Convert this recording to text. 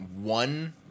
one